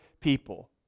people